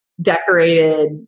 decorated